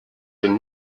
den